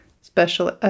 special